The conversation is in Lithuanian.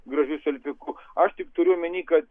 gražiu selfiuku aš tik turiu omeny kad